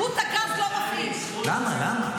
למה?